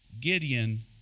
Gideon